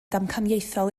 damcaniaethol